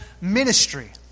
ministry